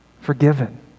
forgiven